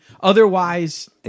otherwise